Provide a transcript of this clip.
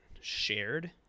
shared